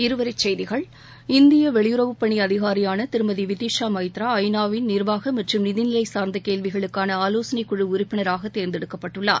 இருவரிச்செய்திகள் இந்திய வெளியுறவுப்பணி அதிகாரியான திருமதி விதிஷா ஸ்மத்ரா ஐநாவின் நிர்வாக மற்றும் நிதிநிலை சார்ந்த கேள்விகளுக்கான ஆலோசனைக்குழு உறுப்பினராக தேர்ந்தெடுக்கப்பட்டுள்ளார்